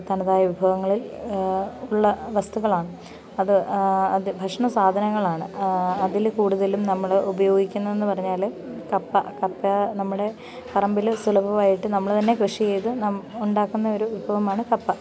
തനതായ വിഭവങ്ങളിൽ ഉള്ള വസ്തുക്കളാണ് അത് ഭക്ഷണ സാധനങ്ങളാണ് അതിൽ കൂടുതലും നമ്മൾ ഉപയോഗിക്കുന്നതെന്ന് പറഞ്ഞാൽ കപ്പ കപ്പ നമ്മുടെ പറമ്പിൽ സുലഭവായിട്ട് നമ്മൾ തന്നെ കൃഷി ചെയ്ത് ഉണ്ടാക്കുന്ന ഒരു വിഭവമാണ് കപ്പ